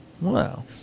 wow